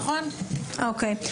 אוקיי.